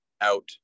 out